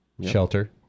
Shelter